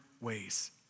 ways